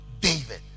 david